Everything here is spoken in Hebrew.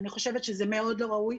אני חושבת שזה מאוד לא ראוי.